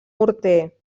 morter